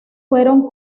fueron